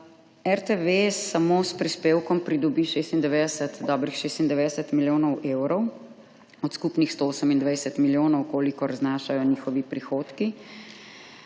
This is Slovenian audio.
RTV samo s prispevkom pridobi dobrih 96 milijonov evrov od skupnih 128 milijonov, kolikor znašajo njihovi prihodki.